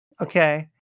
Okay